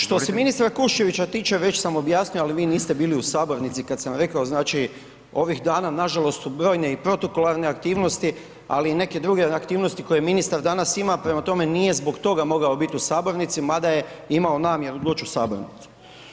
Što se ministra Kuščevića tiče već sam objasnio, ali vi niste bili u Sabornici kad sam rekao, znači, ovih dana nažalost su brojne i protokolarne aktivnosti, ali i neke druge aktivnosti koje ministar danas ima, prema tome, nije zbog toga mogao biti u Sabornici, mada je imao namjeru doć u Sabornicu.